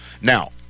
Now